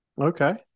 Okay